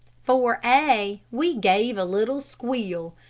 for a, we gave a little squeal.